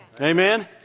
Amen